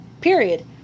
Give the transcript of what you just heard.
period